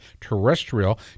terrestrial